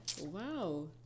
Wow